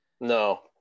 no